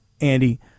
Andy